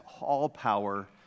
all-power